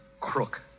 crook